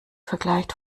vergleicht